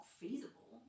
feasible